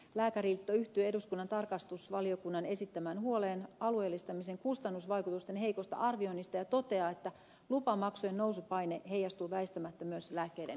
lääkäriliitto yhtyy eduskunnan tarkastusvaliokunnan esittämään huoleen alueellistamisen kustannusvaikutusten heikosta arvioinnista ja toteaa että lupamaksujen nousupaine heijastuu väistämättä myös lääkkeiden hintoihin